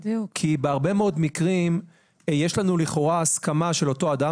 כי בהרבה מאוד מקרים יש לנו לכאורה הסכמה של אותו אדם,